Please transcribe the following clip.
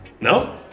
no